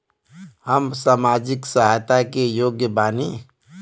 हम सामाजिक सहायता के योग्य बानी?